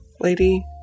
lady